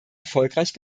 erfolgreich